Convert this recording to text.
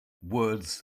words